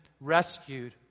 rescued